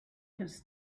his